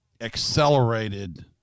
accelerated